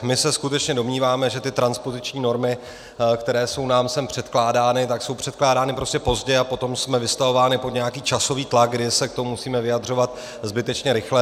My se skutečně domníváme, že transpoziční normy, které jsou nám sem předkládány, jsou předkládány prostě pozdě, a potom jsme vystavováni pod nějaký časový tlak, kdy se k tomu musíme vyjadřovat zbytečně rychle.